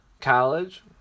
College